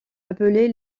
appelés